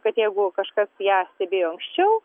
kad jeigu kažkas ją stebėjo anksčiau